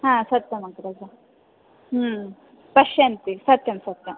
हा सत्यम् अग्रज पश्यन्ति सत्यं सत्यम्